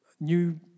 new